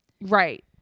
right